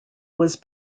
was